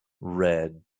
red